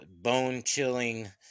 bone-chilling